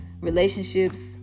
relationships